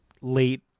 late